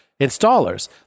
installers